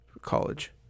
college